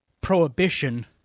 Prohibition